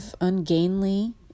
ungainly